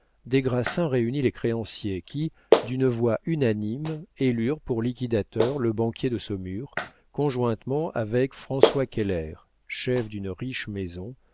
grassins réunit les créanciers qui d'une voix unanime élurent pour liquidateurs le banquier de saumur conjointement avec françois keller chef d'une riche maison